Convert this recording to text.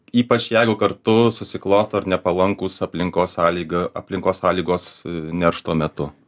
ypač jeigu kartu susiklosto ir nepalankūs aplinkos sąlyga aplinkos sąlygos neršto metu